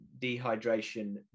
dehydration